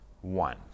one